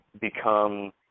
become